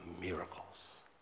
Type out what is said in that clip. miracles